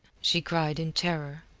she cried in terror.